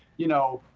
you know,